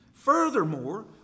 Furthermore